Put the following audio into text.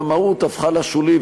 והמהות הפכה לשולי,